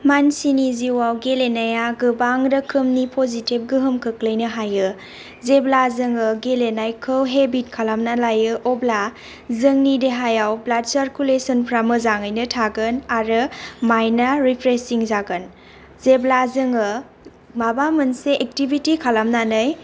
मानसिनि जिउआव गेलेनाया गोबां रोखोमनि पजिटिभ गोहोम खोख्लैनो हायो जेब्ला जोङो गेलेनायखौ हेभिट खालामना लायो अब्ला जोंनि देहायाव ब्लाद सारकुलेसनफ्रा मोजाङैनो थागोन आरो मायन्टआ रिप्रेसिं जागोन जेब्ला जोङो माबा मोनसे एकटिभिटी खालामनानै